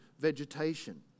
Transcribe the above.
Vegetation